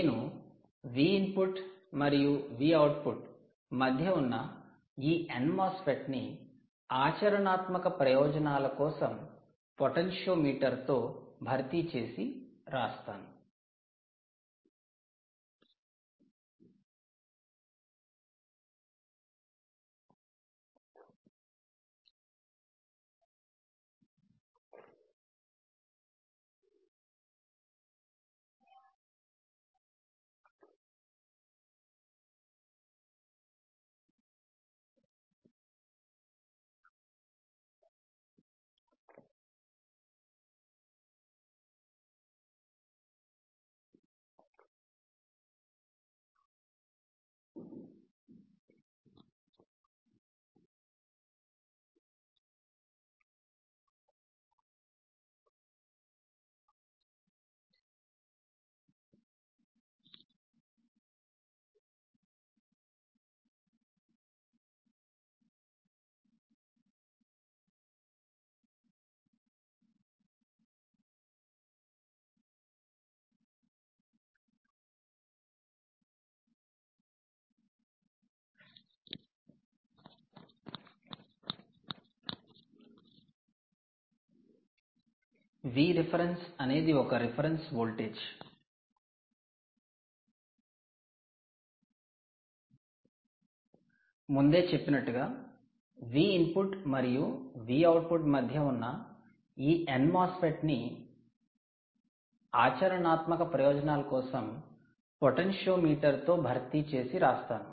నేను Vip మరియు Vout మధ్య ఉన్న ఈ n MOSFET ని ఆచరణాత్మక ప్రయోజనాల కోసం పొటెన్షియోమీటర్ తో భర్తీ చేసి రాస్తాను